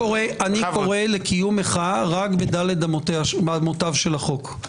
קורא לקיום מחאה רק בדל"ת אמותיו של החוק.